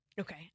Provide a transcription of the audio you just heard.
Okay